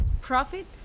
profit